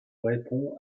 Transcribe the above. répond